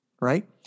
right